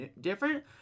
different